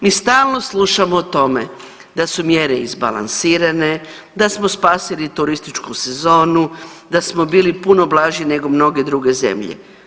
Mi stalno slušamo o tome da su mjere izbalansirane, da smo spasili turističku sezonu, da smo bili puno blaži nego mnoge druge zemlje.